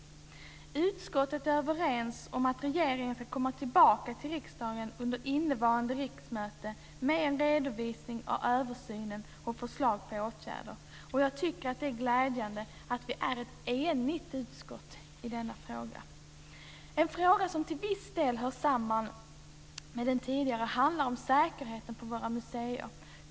Vi i utskottet är överens om att låta regeringen komma tillbaka till riksdagen under innevarande riksmöte med en redovisning av översynen och förslag till åtgärder. Jag tycker att det är glädjande att vi är eniga i utskottet i denna fråga. En fråga som till viss del hör samman med den tidigare är frågan om säkerheten på våra museer.